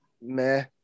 meh